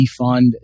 defund